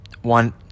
One